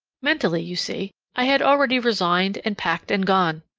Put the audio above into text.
mentally, you see, i had already resigned and packed and gone.